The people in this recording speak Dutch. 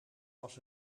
was